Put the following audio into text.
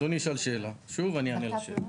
אדוני ישאל שאלה ואני אענה על השאלה.